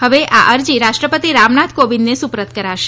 હવે આ અરજી રાષ્ટ્રપતિ રામનાથ કોવિંદને સુપરત કરાશે